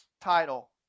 title